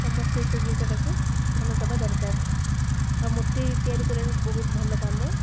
ସମସ୍ତେ ସେଇ ଜିନିଷଟାକୁ ଧ୍ୟାନ ଦେବା ଦରକାର ଆଉ ମୂର୍ତ୍ତି ତିଆରି କରିବାରେ ବହୁତ ଭଲ କାମ